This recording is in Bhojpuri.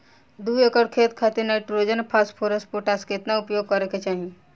दू एकड़ खेत खातिर नाइट्रोजन फास्फोरस पोटाश केतना उपयोग करे के चाहीं?